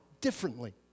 differently